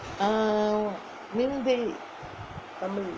ah மிந்தி:minthi